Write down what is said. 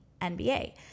NBA